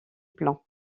plan